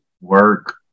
Work